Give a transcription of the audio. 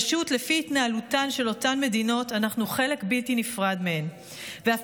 פשוט לפי התנהלותן של אותן מדינות אנחנו חלק בלתי נפרד מהן ואף